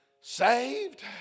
Saved